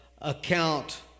account